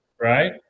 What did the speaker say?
Right